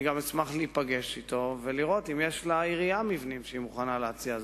אני גם אשמח להיפגש אתו ולראות אם יש לעירייה מבנים שהיא מוכנה להציע.